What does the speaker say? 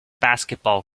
basketball